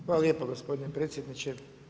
Hvala lijepo gospodine predsjedniče.